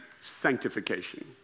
Sanctification